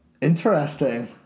Interesting